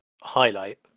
highlight